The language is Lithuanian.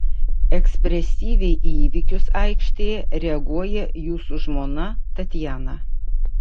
ekspresyviai į įvykius aikštėje reaguoja jūsų žmona tatjana